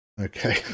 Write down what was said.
Okay